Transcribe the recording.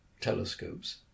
telescopes